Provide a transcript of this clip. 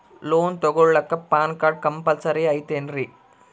Loan ತೊಗೊಳ್ಳಾಕ PAN card compulsory ಐಯ್ತೇನ್ರಿ?